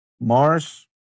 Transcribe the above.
Mars